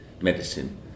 medicine